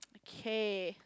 kay